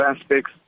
aspects